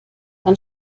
dann